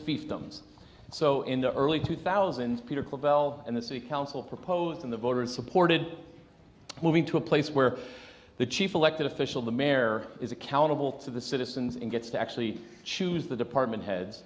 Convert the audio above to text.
fiefdoms so in the early two thousand peter preval and the city council proposed in the voters supported moving to a place where the chief elected officials the mare is accountable to the citizens and gets to actually choose the department heads